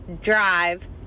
drive